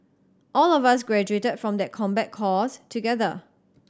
all of us graduated from that combat course together